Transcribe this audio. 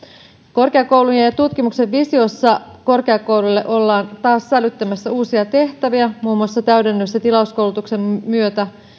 korkeakoulujen ja tutkimuksen visiossa korkeakouluille ollaan taas sälyttämässä uusia tehtäviä muun muassa täydennys ja tilauskoulutuksen myötä